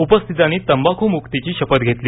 उपस्थितांनी तंबाखुमुकीची शपथ घेतली